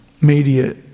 media